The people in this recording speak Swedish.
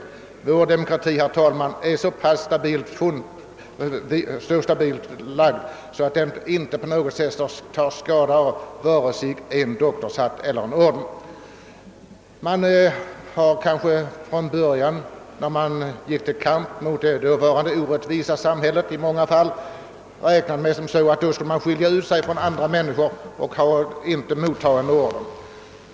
Men vår demokrati, herr talman, är så pass stabilt fastlagd, att den inte på något sätt tar skada av vare sig en doktorshatt eller en orden. Man hade kanske, när man från början gick till kamp mot det dåvarande orättvisa samhället, i många fall räknat med att man borde visa att man skilde sig från andra människor genom att inte vilja mottaga en orden.